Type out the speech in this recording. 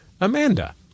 Amanda